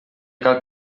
cal